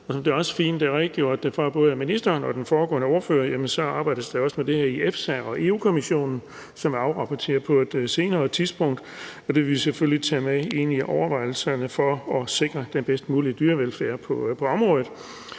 redegjort for af både ministeren og den foregående ordfører, arbejdes der også med det her i EFSA og Europa-Kommissionen, som afrapporterer på et senere tidspunkt, og det vil vi selvfølgelig tage med ind i overvejelserne for at sikre den bedst mulige dyrevelfærd på området.